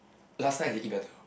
last night you eat better